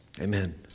Amen